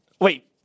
wait